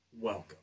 Welcome